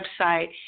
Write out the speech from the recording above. website